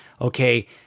Okay